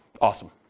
Awesome